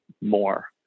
more